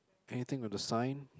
anything with the sign